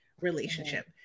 relationship